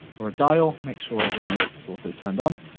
or a dial, make sure remote is also turned on.